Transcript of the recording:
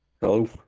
Hello